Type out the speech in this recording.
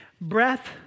Breath